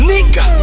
Nigga